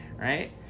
right